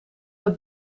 het